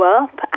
up